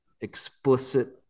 explicit